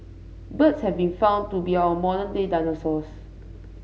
birds have been found to be our modern day dinosaurs